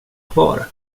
kvar